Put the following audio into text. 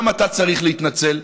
גם אתה צריך להתנצל,